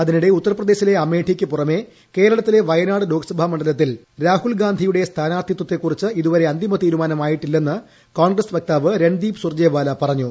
അതിനിടെ ഉത്തർപ്രദേശിലെ അമേഠിക്കു പുറമേ കേരളത്തിലെ വയനാട് ലോക്സഭാ മണ്ഡലത്തിൽ രാഹുൽ ഗാന്ധിയുടെ സ്ഥാനാർത്ഥിത്വത്തെകുറിച്ച് ഇതുവരെ അന്തിമതീരുമാനമായിട്ടില്ലെന്ന് കോൺഗ്രസ്സ് വക്താവ് രൺദീപ് സുർജേവാല പറഞ്ഞു